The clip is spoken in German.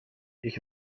ich